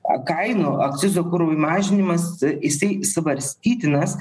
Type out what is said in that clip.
o kainų akcizų kurui mažinimas jisai svarstytinas